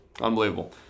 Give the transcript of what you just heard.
Unbelievable